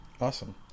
Awesome